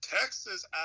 Texas